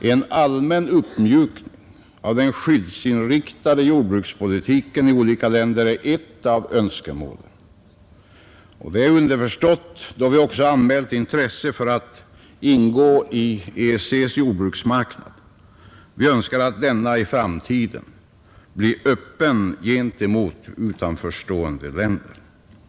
En allmän uppmjukning av den skyddsinriktade jordbrukspolitiken i olika länder är ett önskemål. Det är underförstått, då vi också anmält intresse för att ingå i EEC:s jordbruksmarknad. Vi önskar att denna i framtiden blir öppen gentemot utanförstående länder.